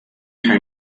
her